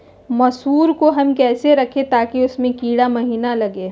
मसूर को हम कैसे रखे ताकि उसमे कीड़ा महिना लगे?